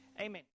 Amen